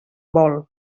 vol